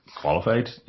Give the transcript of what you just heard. qualified